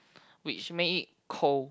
which make it cold